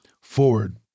forward